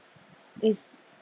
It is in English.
is